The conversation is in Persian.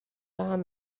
بهم